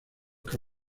que